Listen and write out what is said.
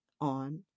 on